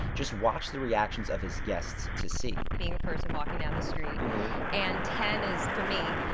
just watch the reactions of his guests to see. being a person walking down the street and ten is, for me,